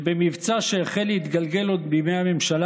שבמבצע שהחל להתגלגל עוד בימי הממשלה